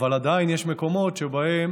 אבל עדיין יש מקומות שבהם